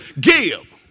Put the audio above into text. give